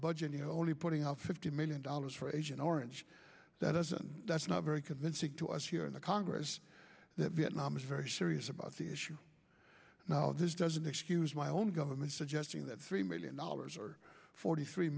the only putting out fifty million dollars for agent orange that doesn't that's not very convincing to us here in the congress that vietnam is very serious about the issue now this doesn't excuse my own government suggesting that three million dollars or forty three